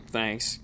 Thanks